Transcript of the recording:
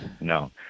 no